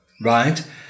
right